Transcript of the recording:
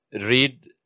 read